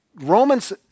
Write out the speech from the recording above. Romans